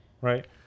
right